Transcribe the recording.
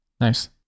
nice